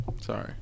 Sorry